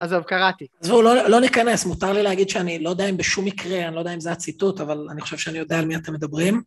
עזוב, קראתי. אז בואו, לא ניכנס, מותר לי להגיד שאני לא יודע אם בשום מקרה, אני לא יודע אם זה הציטוט, אבל אני חושב שאני יודע על מי אתם מדברים.